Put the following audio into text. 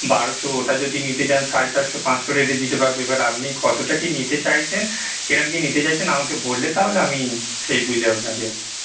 বারোশো ওটা যদি নিতে চান সাড়ে চারশো পাঁচশো রেটে দিতে পারবো এবার আপনি কতোটা কী নিতে চাইছেন কিরম কী নিতে চাইছেন আমাকে বললে তাহলে আমি সেই বুঝে আপনাকে